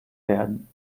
werden